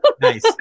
Nice